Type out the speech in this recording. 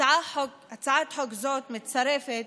הצעת חוק זאת מצטרפת